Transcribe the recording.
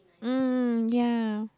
mm ya